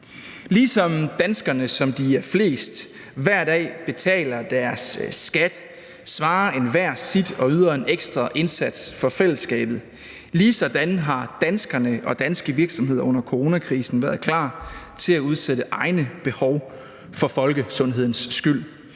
Ligesom danskerne, som de er flest, hver dag betaler deres skat, svarer enhver sit og yder en ekstra indsats for fællesskabet, ligesådan har danskerne og danske virksomheder under coronakrisen været klar til at udsætte egne behov for folkesundhedens skyld